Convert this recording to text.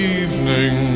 evening